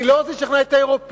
אני לא רוצה לשכנע את האירופים,